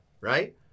right